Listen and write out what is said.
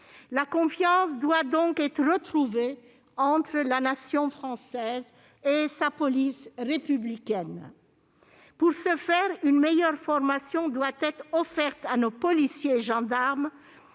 La confiance doit donc être retrouvée entre la Nation française et sa police républicaine. Pour ce faire, une meilleure formation doit être offerte à nos policiers et gendarmes.